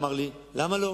אמר לי: למה לא?